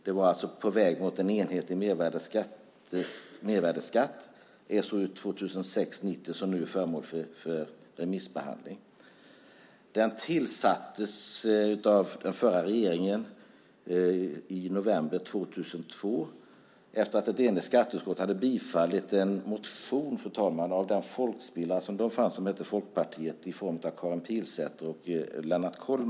Det var På väg mot en enhetlig mervärdesskatt SOU 2006:90, som nu är föremål för remissbehandling. Utredningen tillsattes av den förra regeringen i november 2002, efter att ett enigt skatteutskott hade bifallit en motion, fru talman, av den folkspillra som då fanns som hette Folkpartiet i form av Karin Pilsäter och Lennart Kollmats.